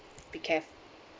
be care~